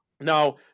Now